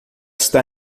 está